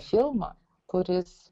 filmą kuris